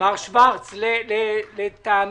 מר שוורץ, לדעתי